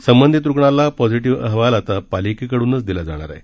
संबंधित रुणाला पॉझिटिव्ह अहवाल आता पालिकेकडूनच दिला जाणार आहे